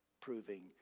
proving